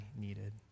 needed